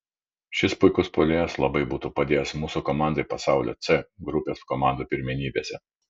šis puikus puolėjas labai būtų padėjęs mūsų komandai pasaulio c grupės komandų pirmenybėse